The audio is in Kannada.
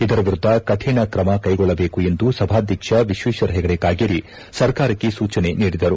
ಇದರ ವಿರುದ್ಧ ಕಠಿಣ ಕ್ರಮ ಕೈಗೊಳ್ಳಬೇಕೆಂದು ಸಭಾಧ್ಯಕ್ಷ ವಿಶ್ವೇಶ್ವರ ಹೆಗಡೆ ಕಾಗೇರಿ ಸರ್ಕಾರಕ್ಕೆ ಸೂಚನೆ ನೀಡಿದರು